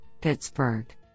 Pittsburgh